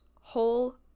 whole